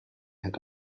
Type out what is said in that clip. had